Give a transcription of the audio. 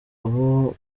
aho